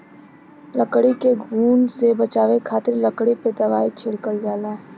लकड़ी के घुन से बचावे खातिर लकड़ी पे दवाई छिड़कल जाला